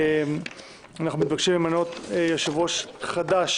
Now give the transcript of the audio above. אנחנו מבקשים למנות יושב-ראש חדש